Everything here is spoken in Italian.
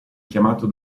chiamato